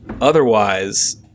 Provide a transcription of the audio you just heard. otherwise